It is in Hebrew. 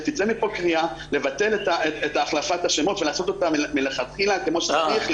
שתצא מכאן קריאה לבטל את החלפת השמות ולעשות את זה מלכתחילה כמו שצריך,